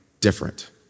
different